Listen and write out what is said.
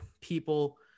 people